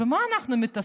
במה אנחנו מתעסקים?